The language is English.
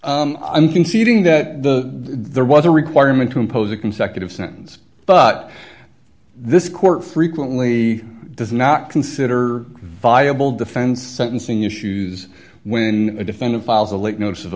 sense i'm conceding that the there was a requirement to impose a consecutive sentence but this court frequently does not consider viable defense sentencing issues when a defendant files a late notice of